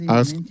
ask